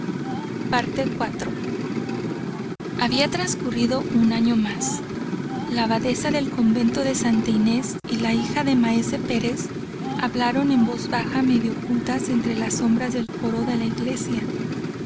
de ellas había trascurrido un año más la abadesa del convento de santa inés y la hija de maese pérez hablaban en voz baja medio ocultas entre las sombras del coro de la iglesia